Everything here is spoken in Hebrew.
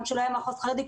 גם כשלא היה מחוז חרדי,